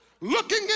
looking